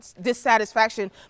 dissatisfaction